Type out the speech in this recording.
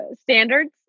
standards